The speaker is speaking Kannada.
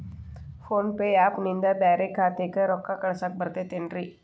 ಫೋನ್ ಪೇ ಆ್ಯಪ್ ನಿಂದ ಬ್ಯಾರೆ ಖಾತೆಕ್ ರೊಕ್ಕಾ ಕಳಸಾಕ್ ಬರತೈತೇನ್ರೇ?